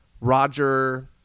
Roger